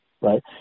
right